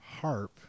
harp